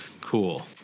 Cool